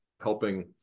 helping